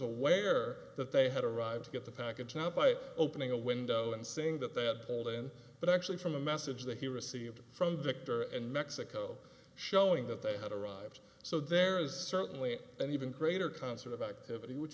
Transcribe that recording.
aware that they had arrived at the package now by opening a window and saying that they had told him but actually from a message that he received from victor and mexico showing that they had arrived so there is certainly an even greater concert of activity which